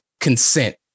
consent